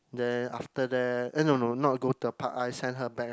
then after that eh no no not go to the park I sent her back ah